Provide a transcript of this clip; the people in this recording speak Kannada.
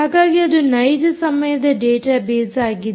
ಹಾಗಾಗಿ ಅದು ನೈಜ ಸಮಯದ ಡಾಟಾ ಬೇಸ್ಆಗಿದೆ